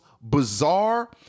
bizarre